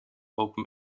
open